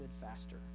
faster